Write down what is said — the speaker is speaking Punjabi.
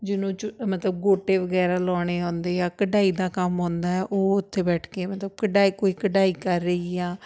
ਜਿਹਨੂੰ ਚੁ ਮਤਲਬ ਗੋਟੇ ਵਗੈਰਾ ਲਾਉਣੇ ਆਉਂਦੇ ਆ ਕਢਾਈ ਦਾ ਕੰਮ ਆਉਂਦਾ ਉਹ ਉੱਥੇ ਬੈਠ ਕੇ ਮਤਲਬ ਕਢਾਈ ਕੋਈ ਕਢਾਈ ਕਰ ਰਹੀ ਆ